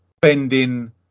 bending